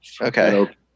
okay